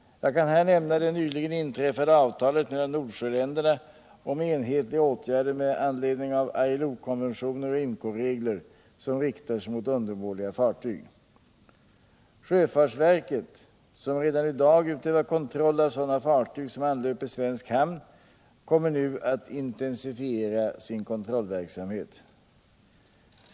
Jag kan här nämna det nyligen träffade avtalet Om säkrare sjötransporter av olja Om säkrare sjötransporter av olja mellan Nordsjöländerna om enhetliga åtgärder med anledning av ILO konventioner och IMCO-regler som riktar sig mot undermåliga fartyg. Sjöfartsverket — som redan i dag utövar kontroll av sådana fartyg som anlöper svensk hamn — kommer nu att intensifiera sin kontrollverksamhet.